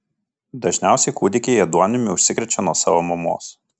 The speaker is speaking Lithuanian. dažniausiai kūdikiai ėduonimi užsikrečia nuo savo mamos